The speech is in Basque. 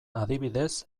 adibidez